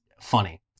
funny